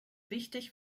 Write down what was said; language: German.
wichtig